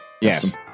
yes